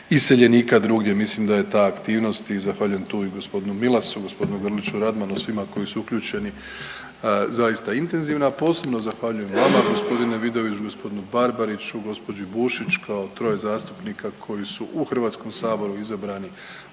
iseljenika drugdje. Mislim da je ta aktivnost i zahvaljujem tu i g. Milasu i g. Grliću Radmanu i svima koji su uključeni zaista intenzivno, a posebno zahvaljujem vama g. Vidović, g. Barbariću, g. Bušić kao troje zastupnika koji su u HS-u izabrani